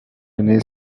année